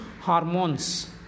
hormones